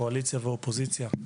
קואליציה ואופוזיציה,